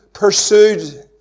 pursued